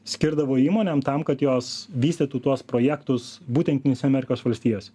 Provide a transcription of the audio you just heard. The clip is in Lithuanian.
skirdavo įmonėm tam kad jos vystytų tuos projektus būtent jungtinėse amerikos valstijose